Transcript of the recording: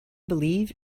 believe